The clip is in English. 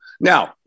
Now